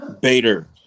Bader